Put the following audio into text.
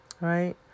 Right